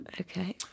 Okay